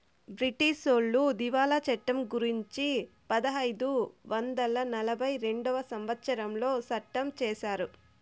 బ్రిటీసోళ్లు దివాళా చట్టం గురుంచి పదైదు వందల నలభై రెండవ సంవచ్చరంలో సట్టం చేశారు